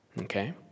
Okay